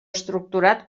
estructurat